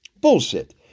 bullshit